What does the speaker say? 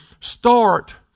start